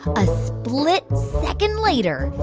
a split second later,